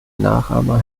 nachahmer